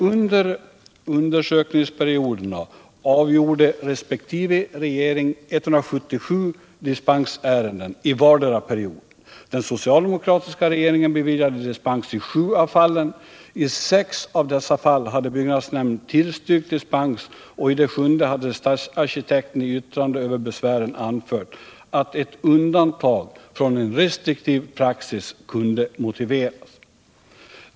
Under undersökningsperioderna avgjorde regeringen 177 dispensärenden i vardera perioden. Den socialdemokratiska regeringen beviljade dispens i sju av fallen. I sex av dessa fall hade byggnadsnämnden tillstyrkt dispens och i det sjunde hade stadsarkitekten i yttrande över besvären anfört att ett undantag från en restriktiv praxis kunde motiveras.